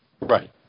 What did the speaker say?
Right